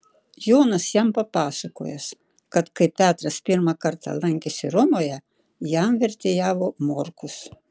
jonas jam papasakojęs kad kai petras pirmą kartą lankėsi romoje jam vertėjavo morkus